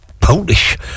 Polish